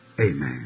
Amen